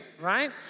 right